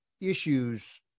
issues